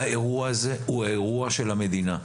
האירוע הזה הוא אירוע של המדינה,